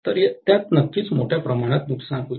तर त्यात नक्कीच मोठ्या प्रमाणात नुकसान होईल